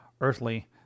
earthly